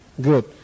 Good